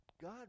God